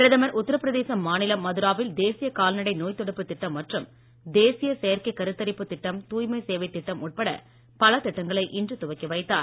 பிரதமர் உத்திரப்பிரதேசம் மாநிலம் மதுராவில் தேசிய கால்நடை நோய் தடுப்பு திட்டம் மற்றும் தேசிய செயற்கை கருத்தரிப்பு திட்டம் தூய்மை சேவை திட்டம் உட்பட பல திட்டங்களை இன்று துவக்கி வைத்தார்